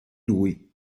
lui